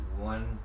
one